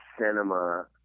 cinema